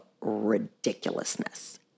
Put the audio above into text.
ridiculousness